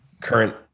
current